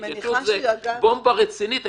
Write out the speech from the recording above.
ההתיישנות זו "בומבה" רצינית,